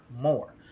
more